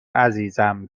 عزیزم